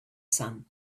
sun